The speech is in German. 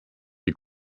die